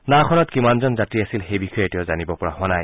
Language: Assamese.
নাওখনত কিমানজন যাত্ৰী আছিল সেই বিষয়ে জানিব পৰা হোৱা নাই